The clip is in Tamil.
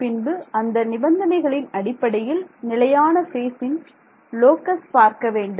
பின்பு அந்த நிபந்தனைகளின் அடிப்படையில் நிலையான பேசின் லோக்கஸ் பார்க்க வேண்டும்